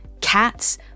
cats